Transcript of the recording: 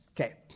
Okay